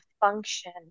function